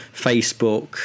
Facebook